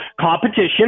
competition